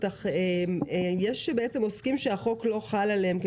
יש עוסקים שהחוק לא חל עליהם,